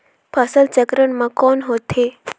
फसल चक्रण मा कौन होथे?